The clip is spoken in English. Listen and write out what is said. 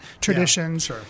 traditions